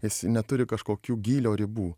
jis neturi kažkokių gylio ribų